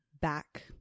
back